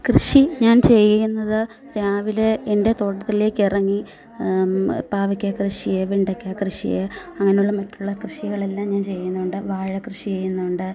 കൃഷി ഞാൻ ചെയ്യുന്നത് രാവിലെ എൻ്റെ തോട്ടത്തിലേക്കിറങ്ങി പാവയ്ക്ക കൃഷി വെണ്ടയ്ക്ക കൃഷി അങ്ങനെ ഉള്ള മറ്റുള്ള കൃഷികളെല്ലാം ഞാൻ ചെയ്യുന്നുണ്ട് വാഴ കൃഷി ചെയ്യുന്നുണ്ട്